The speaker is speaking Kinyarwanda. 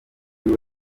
kuri